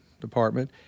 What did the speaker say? department